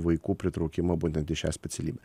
vaikų pritraukimą būtent į šią specialybę